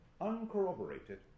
uncorroborated